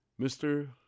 Mr